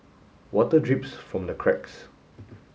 water drips from the cracks